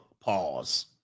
Pause